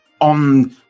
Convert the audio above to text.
on